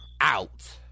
out